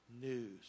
news